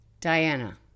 diana